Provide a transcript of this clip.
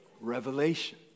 Revelation